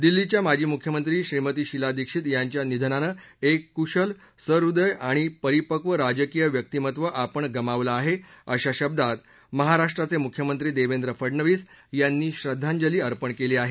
दिल्लीच्या माजी मुख्यमंत्री श्रीमती शीला दीक्षित यांच्या निधनानं एक कुशल सह्वदय आणि परिपक्व राजकीय व्यक्तिमत्त्व आपण गमावलं आहे अशा शब्दात महाराष्ट्राचे मुख्यमंत्री देवेंद्र फडणवीस यांनी श्रद्धांजली अर्पण केली आहे